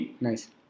Nice